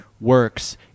works